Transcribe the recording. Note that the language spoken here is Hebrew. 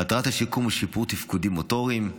מטרת השיקום היא שיפור תפקודים מוטוריים,